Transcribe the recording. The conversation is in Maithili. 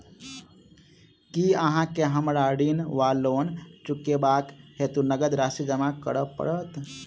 की अहाँ केँ हमरा ऋण वा लोन चुकेबाक हेतु नगद राशि जमा करऽ पड़त?